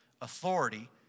authority